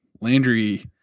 Landry